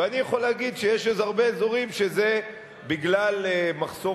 ואני יכול להגיד שיש הרבה אזורים שזה בגלל מחסור